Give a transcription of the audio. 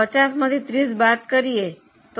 50 માંથી 30 બાદ કરીયે તો